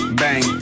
bang